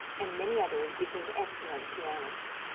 and many others became excellent pianists.